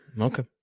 Okay